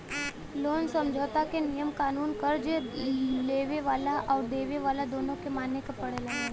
loan समझौता क नियम कानून कर्ज़ लेवे वाला आउर देवे वाला दोनों के माने क पड़ला